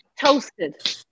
Toasted